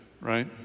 right